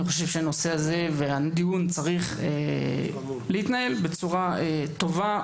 אני חושב שהנושא הזה והדיון צריך להתנהל בצורה טובה,